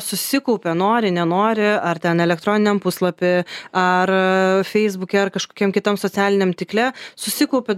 susikaupia nori nenori ar ten elektroniniam puslapy ar feisbuke ar kažkokiam kitam socialiniame tinkle susikaupia